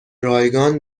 رایگان